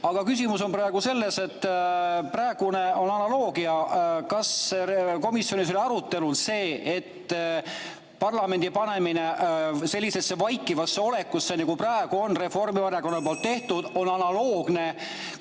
Aga küsimus on praegu selles, et praegu [toimuv] on analoogia. Kas komisjonis oli arutelul see, et parlamendi panemine sellisesse vaikivasse olekusse, nagu praegu on Reformierakonna poolt tehtud, on analoogne,